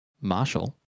marshall